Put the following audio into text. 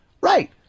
right